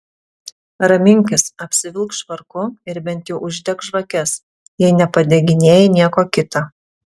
raminkis apsivilk švarku ir bent jau uždek žvakes jei nepadeginėji nieko kita